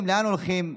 לאן הולכים,